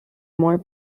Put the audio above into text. more